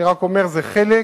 אני רק אומר שזה חלק